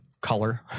color